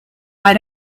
why